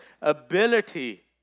ability